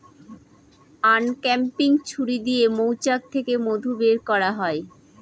uncapping ছুরি দিয়ে মৌচাক থেকে মধু বের করা হয়